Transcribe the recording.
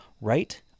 right